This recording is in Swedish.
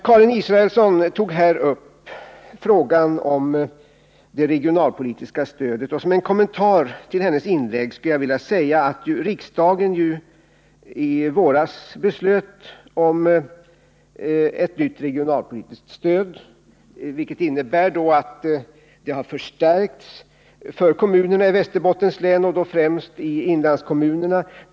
Karin Israelsson tog här upp frågan om det regionalpolitiska stödet, och som kommentar till hennes inlägg skulle jag vilja säga att riksdagen ju i våras beslöt om ett nytt regionalpolitiskt stöd, vilket innebär att kommunerna i Västerbottens län och främst i inlandskommunerna har fått ett förstärkt stöd.